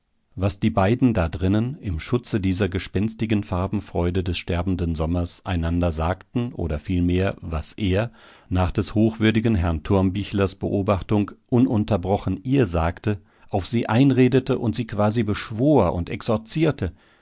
was die beiden da drinnen im schutze dieser gespenstigen farbenfreude des sterbenden sommers einander sagten oder vielmehr was er nach des hochwürdigen herrn thurmbichlers beobachtung ununterbrochen ihr sagte auf sie einredete und sie quasi beschwor und exorzierte